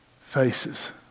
faces